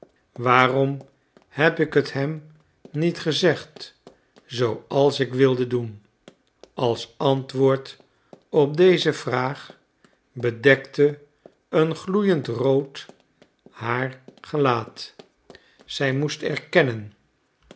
waarom heb ik het hem niet gezegd zooals ik wilde doen als antwoord op deze vraag bedekte een gloeiend rood haar gelaat zij moest erkennen